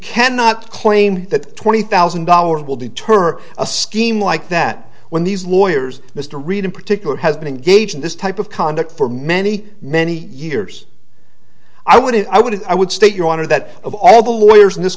cannot claim that twenty thousand dollars will deter a scheme like that when these lawyers mr reed in particular has been engaged in this type of conduct for many many years i wouldn't i wouldn't i would state your honor that of all the lawyers in this